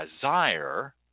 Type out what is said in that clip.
desire